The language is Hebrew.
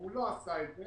והוא לא עשה את זה,